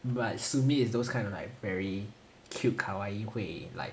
but sumi is those kind of like very cute kawaii 会 like